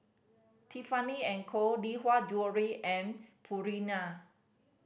Tiffany and Co Lee Hwa Jewellery and Purina